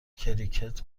کریکت